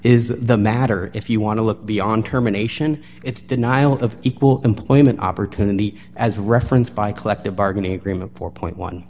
is the matter if you want to look beyond terminations its denial of equal employment opportunity as referenced by collective bargaining agreement four point one